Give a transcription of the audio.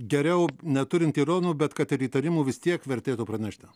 geriau neturint tironų bet kad ir įtarimų vis tiek vertėtų pranešti